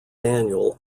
daniel